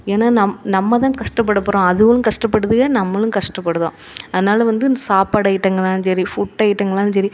ஏன்னா நம்ம நம்ம தான் கஷ்டப்படப்போகிறோம் அதுகளும் கஷ்டப்படுதுக நம்மளும் கஷ்டப்படுறோம் அதனால் வந்து இந்த சாப்பாடு ஐட்டங்கனாலும் சரி ஃபுட் ஐட்டங்கனாலும் சரி